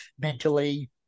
mentally